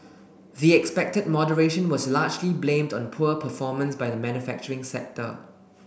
the expected moderation was largely blamed on poor performance by the manufacturing sector